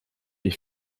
ich